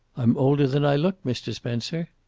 i'm older than i look, mr. spencer.